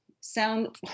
sound